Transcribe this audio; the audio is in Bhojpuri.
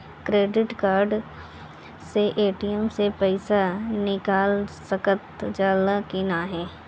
क्रेडिट कार्ड से ए.टी.एम से पइसा निकाल सकल जाला की नाहीं?